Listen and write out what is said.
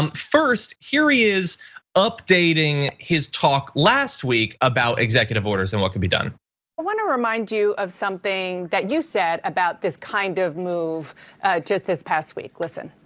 um first, here he is updating his talk last week about executive orders and what can be done. i wanna remind you of something that you said about this kind of move just this past week, listen.